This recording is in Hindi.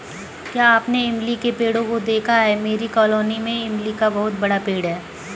क्या आपने इमली के पेड़ों को देखा है मेरी कॉलोनी में इमली का बहुत बड़ा पेड़ है